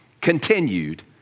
continued